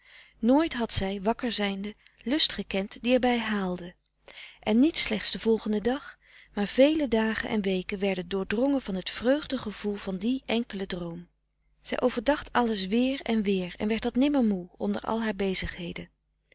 nooit had zij wakker zijnde lust gekend die er bij haalde en niet slechts den volgenden dag maar vele dagen en weken werden doordrongen van het vreugdegevoel van dien enkelen droom zij overdacht alles weer en weer en werd dat nimmer moe onder al haar bezigheden